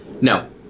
No